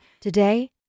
Today